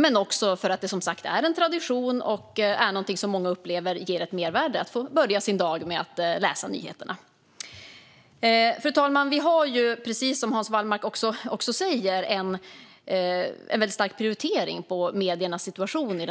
Som sagt är det också en tradition, och många upplever att det ger ett mervärde att få börja sin dag med att läsa nyheterna. Fru talman! Vi gör i den här regeringen, precis som Hans Wallmark också säger, en väldigt stark prioritering av mediernas situation.